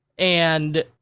and,